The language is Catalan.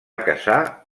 casar